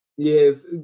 Yes